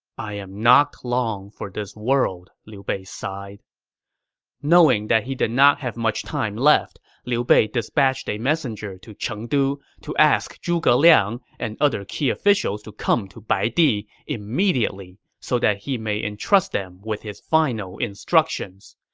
i am not long for this world! liu bei sighed knowing he did not have much time left, liu bei dispatched a messenger to chengdu to ask zhuge liang and other key officials to come to baidi immediately so that he may entrust them with his final instructions.